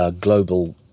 global